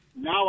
Now